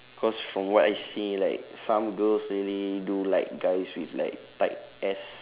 cause from what I see like some girls really do like guys with like tight ass